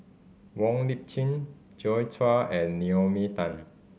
Wong Lip Chin Joi Chua and Naomi Tan